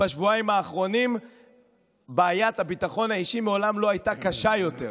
בשבועיים האחרונים בעיית הביטחון האישי מעולם לא הייתה קשה יותר.